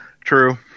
True